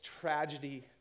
tragedy